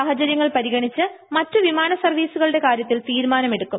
സാഹചര്യങ്ങൾ പരിഗണിച്ച് മറ്റു വിമാന സർവീസുകളുടെ കാര്യത്തിൽ തീരുമാനമെടുക്കും